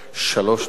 שלוש דקות,